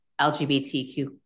LGBTQ